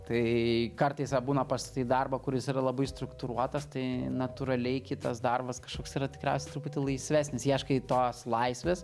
tai kartais va būna pastatai darbą kuris yra labai struktūruotas tai natūraliai kitas darbas kažkoks yra tikriausiai truputį laisvesnis ieškai tos laisvės